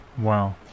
Wow